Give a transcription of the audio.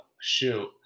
shoot